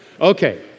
Okay